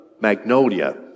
Magnolia